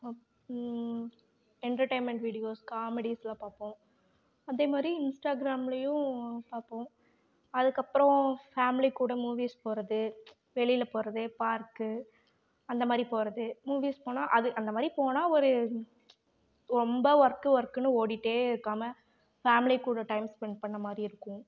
அப்புறம் entertainment videos comedies எல்லாம் பார்ப்போம் அதே மாதிரி இன்ஸ்டாகிராம்லையும் பார்ப்போம் அதுக்கு அப்புறம் ஃபேமிலி கூட மூவிஸ் போகறது வெளியில போகறது பார்க்கு அந்த மாதிரி போகறது மூவிஸ் போனா அது அந்த மாதிரி போனா ஒரு ரொம்ப வொர்க்கு வொர்க்குன்னு ஓடிகிட்டே இருக்காமா ஃபேமிலி கூட டைம் ஸ்பெண்ட் பண்ண மாதிரி இருக்கும்